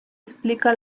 explica